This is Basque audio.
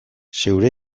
zure